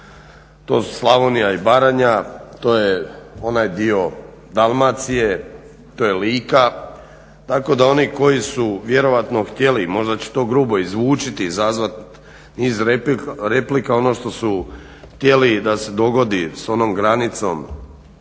to su Slavonija i Baranja, to je onaj dio Dalmacije, to je Lika tako da oni koji su vjerojatno htjelo možda će to i grubo zvučiti, izazvati niz replika ono što su htjeli da se dogodi sa onom granicom